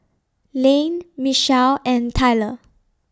Layne Michelle and Tyler